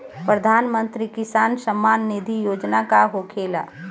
प्रधानमंत्री किसान सम्मान निधि योजना का होखेला?